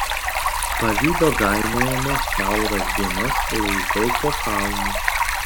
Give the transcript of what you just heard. pavydo gainiojama kiauras dienas laigau po kalnus